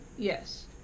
Yes